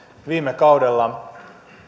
viime kaudella